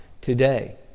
today